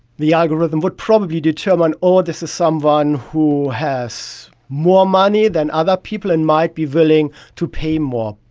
the algorithm would probably determine, oh, this is someone who has more money than other people and might be willing to pay more.